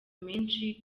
menshi